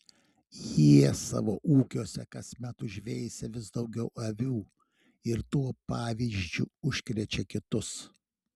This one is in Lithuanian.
jie savo ūkiuose kasmet užveisia vis daugiau avių ir tuo pavyzdžiu užkrečia kitus